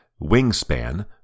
Wingspan